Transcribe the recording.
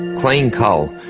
clean coal.